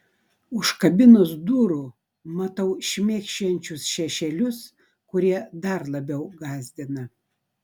už kabinos durų matau šmėkščiojančius šešėlius kurie dar labiau gąsdina